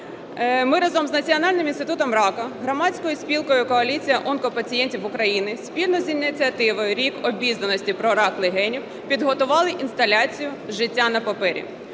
ми разом з Національним інститутом раку, громадською спілкою "Коаліція онкопацієнтів України", спільно з ініціативою "Рік обізнаності про рак легенів" підготували інсталяцію "Життя на папері".